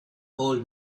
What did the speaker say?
old